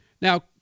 Now